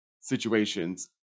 situations